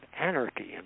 anarchy